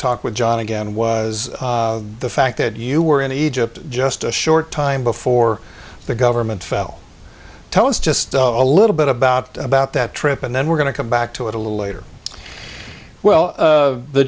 talk with john again was the fact that you were in egypt just a short time before the government fell tell us just a little bit about about that trip and then we're going to come back to it a little later well